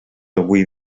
avui